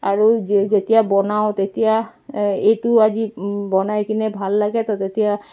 আৰু যে যেতিয়া বনাওঁ তেতিয়া এইটো আজি বনাই কিনে ভাল লাগে তো তেতিয়া